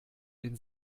den